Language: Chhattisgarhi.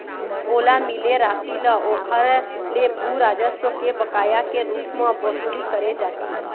ओला मिले रासि ल ओखर ले भू राजस्व के बकाया के रुप म बसूली करे जाही